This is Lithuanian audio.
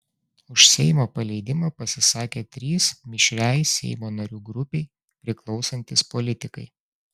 už seimo paleidimą pasisakė trys mišriai seimo narių grupei priklausantys politikai